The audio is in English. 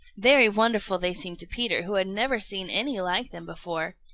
very wonderful they seemed to peter, who had never seen any like them before.